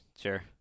Sure